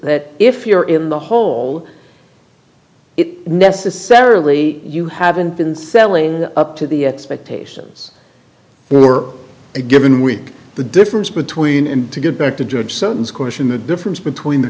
that if you're in the hole it necessarily you haven't been selling up to the expectations for a given week the difference between and to get back to judge sutton's question the difference between the